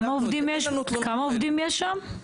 כמה עובדים יש שם?